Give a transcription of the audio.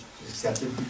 accepted